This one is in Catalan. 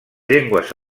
llengües